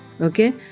Okay